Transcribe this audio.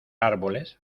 árboles